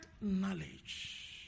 knowledge